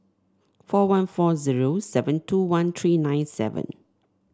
four one four zero seven two one three nine seven